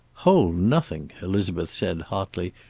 hole nothing, elizabeth said, hotly.